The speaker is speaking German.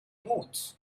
mut